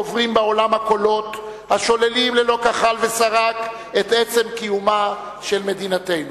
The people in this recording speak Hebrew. גוברים בעולם הקולות השוללים ללא כחל ושרק את עצם קיומה של מדינתנו.